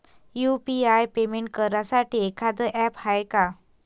UPI payment करासाठी एखांद app हाय का?